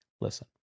Listen